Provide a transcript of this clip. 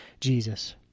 Jesus